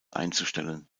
einzustellen